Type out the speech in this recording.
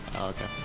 Okay